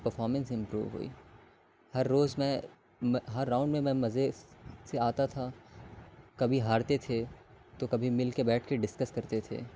performance improve ہوئی ہر روز میں ہر راؤنڈ میں میں مزے سے آتا تھا کبھی ہارتے تھے تو کبھی مل کے بیٹھ کے ڈسکس کرتے تھے